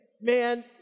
man